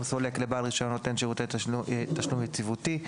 סולק לבעל רישיון נותן שירותי תשלום יציבותי.